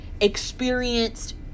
experienced